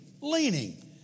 leaning